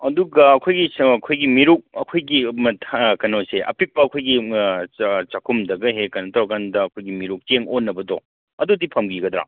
ꯑꯗꯨꯒ ꯑꯩꯈꯣꯏꯒꯤ ꯃꯦꯔꯨꯛ ꯑꯩꯈꯣꯏꯒꯤ ꯀꯩꯅꯣꯁꯦ ꯑꯄꯤꯛꯄ ꯑꯩꯈꯣꯏꯒꯤ ꯆꯥꯈꯨꯝꯗꯒ ꯍꯦꯛ ꯍꯦꯛ ꯀꯩꯅꯣ ꯇꯧꯔꯀꯥꯟꯗ ꯑꯩꯈꯣꯏꯒꯤ ꯃꯦꯔꯨꯛ ꯆꯦꯡ ꯑꯣꯟꯅꯕꯗꯣ ꯑꯗꯨꯗꯤ ꯐꯪꯕꯤꯒꯗ꯭ꯔ